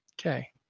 Okay